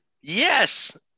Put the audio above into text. Yes